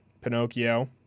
Pinocchio